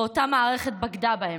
ואותה מערכת בגדה בהם,